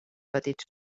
petits